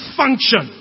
function